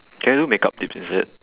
can you do makeup tips is it